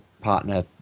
partner